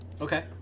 Okay